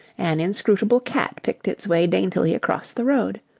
an inscrutable cat picked its way daintily across the road.